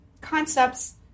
concepts